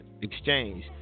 Exchange